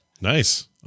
nice